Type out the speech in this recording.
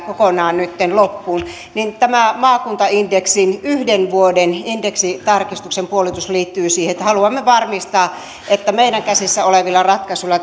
kokonaan nytten loppuun tämä maakuntaindeksin yhden vuoden indeksitarkistuksen puolitus liittyy siihen että haluamme varmistaa että meidän käsissämme olevilla ratkaisuilla